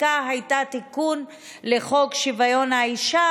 החקיקה שהייתה תיקון לחוק שיווי האישה,